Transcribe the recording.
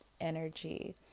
energy